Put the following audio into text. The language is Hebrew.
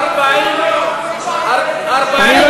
תוציא אותי.